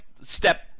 step